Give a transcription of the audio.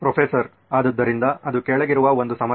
professor ಆದ್ದರಿಂದ ಅದು ಕೆಳಗಿರುವ ಒಂದು ಸಮಸ್ಯೆ